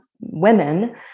women